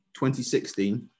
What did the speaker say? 2016